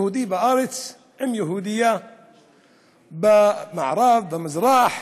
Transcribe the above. יהודי בארץ עם יהודייה במערב, במזרח,